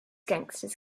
gangsters